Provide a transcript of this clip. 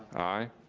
aye.